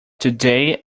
today